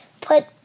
put